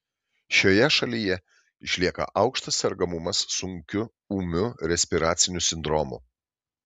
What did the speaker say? šioje šalyje išlieka aukštas sergamumas sunkiu ūmiu respiraciniu sindromu